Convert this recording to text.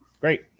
Great